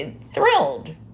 thrilled